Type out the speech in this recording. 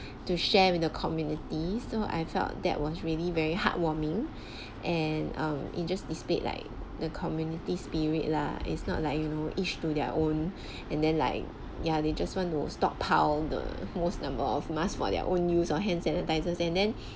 to share in the community so I felt that was really very heartwarming and um it just displayed like the community spirit lah it's not like you know each to their own and then like yeah they just want to stockpile the most number of mass for their own use or hand sanitizers and then